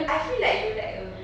I feel like you like a